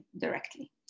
directly